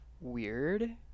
weird